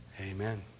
Amen